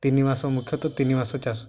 ତିନି ମାସ ମୁଖ୍ୟତଃ ତିନି ମାସ ଚାଷ